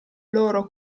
loro